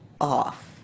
off